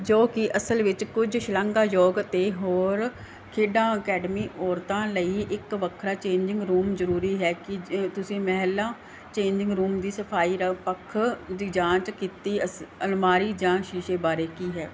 ਜੋ ਕਿ ਅਸਲ ਵਿੱਚ ਕੁਝ ਸ਼ਲਾਘਾਯੋਗ ਅਤੇ ਹੋਰ ਖੇਡਾਂ ਅਕੈਡਮੀ ਔਰਤਾਂ ਲਈ ਇੱਕ ਵੱਖਰਾ ਚੇਂਜਿੰਗ ਰੂਮ ਜ਼ਰੂਰੀ ਹੈ ਕਿ ਤੁਸੀਂ ਮਹਿਲਾ ਚੇਂਜਿੰਗ ਰੂਮ ਦੀ ਸਫਾਈ ਰਾ ਪੱਖ ਦੀ ਜਾਂਚ ਕੀਤੀ ਅਸ ਅਲਮਾਰੀ ਜਾਂ ਸ਼ੀਸ਼ੇ ਬਾਰੇ ਕੀ ਹੈ